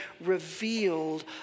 revealed